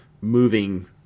moving